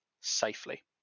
safely